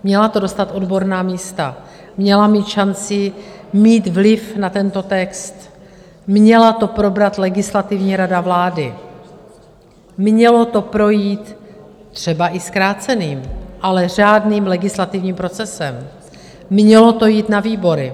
Měla to dostat odborná místa, měla mít šanci mít vliv na tento text, měla to probrat Legislativní rada vlády, mělo to projít třeba i zkráceným, ale řádným legislativním procesem, mělo to jít na výbory.